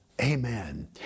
Amen